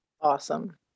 awesome